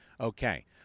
okay